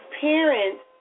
parents